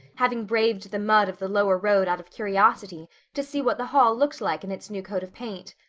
having braved the mud of the lower road out of curiosity to see what the hall looked like in its new coat of paint.